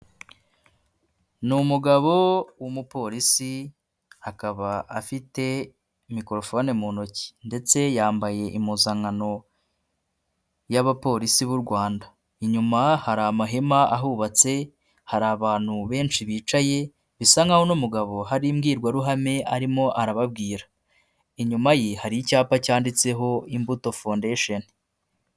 Ni umugabo w'umupolisi akaba afite mikorofone mu ntoki ndetse yambaye impuzankano y'abapolisi b'u Rwanda, inyuma hari amahema ahubatse hari abantu benshi bicaye bisa nkaho uno mugabo hari imbwirwaruhame arimo arababwira, inyuma ye hari icyapa cyanditseho imbuto fondasheni.